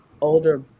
older